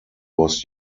was